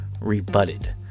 rebutted